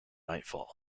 nightfall